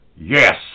Yes